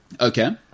okay